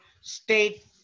state